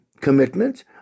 commitment